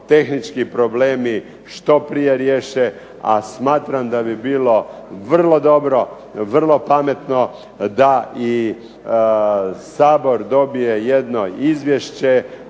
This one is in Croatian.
tehnički problemi što prije riješe. A smatram da bi bilo vrlo dobro, vrlo pametno da i Sabor dobije jedno izvješće